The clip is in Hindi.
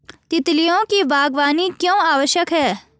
तितलियों की बागवानी क्यों आवश्यक है?